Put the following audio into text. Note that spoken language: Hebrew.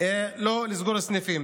לא לסגור סניפים.